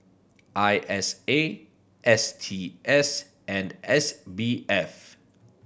I S A S T S and S B F